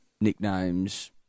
nicknames